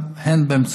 להבטיחם, הן באמצעות